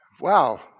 Wow